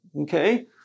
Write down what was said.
okay